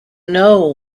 know